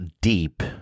deep